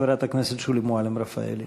חברת הכנסת שולי מועלם-רפאלי.